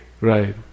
right